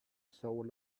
soul